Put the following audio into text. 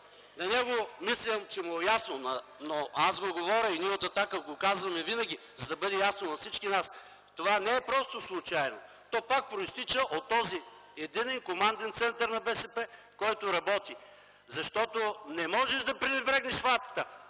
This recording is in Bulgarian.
на него му е ясно, но аз ви говоря, и ние от „Атака” го казваме винаги, за да е ясно на всички нас – това не е просто случайно. То пак произтича от този единен команден център на БСП, който работи. Защото не можеш да пренебрегнеш факта,